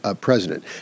president